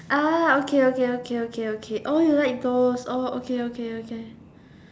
okay okay okay okay okay you like those okay okay okay okay